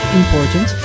important